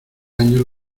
años